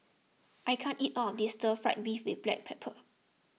I can't eat all of this Stir Fried Beef with Black Pepper